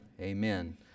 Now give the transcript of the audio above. Amen